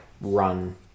run